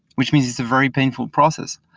which means it's a very painful process.